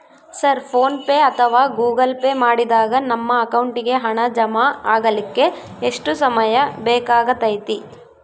Sir PhonePe ಅಥವಾ Google pay ಮಾಡಿದಾಗ ನಮ್ಮ ಅಕೌಂಟಿಗೆ ಹಣ ಜಮಾ ಆಗಲಿಕ್ಕೆ ಎಷ್ಟು ಸಮಯ ಬೇಕಾಗತೈತಿ?